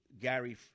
Gary